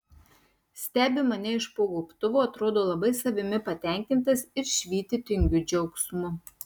stebi mane iš po gobtuvo atrodo labai savimi patenkintas ir švyti tingiu džiaugsmu